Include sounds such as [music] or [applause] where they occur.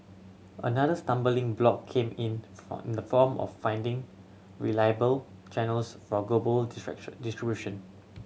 another stumbling block came in [unintelligible] in the form of finding reliable channels for global distraction distribution